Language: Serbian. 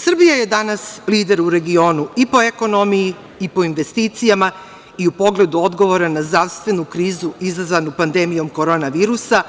Srbija je danas lider u regionu po ekonomiji, po investicijama i u pogledu odgovora na zdravstvenu krizu izazvanu pandemijom korona virusa,